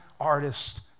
artist